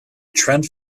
trent